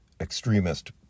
extremist